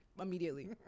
immediately